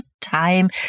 time